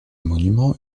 monument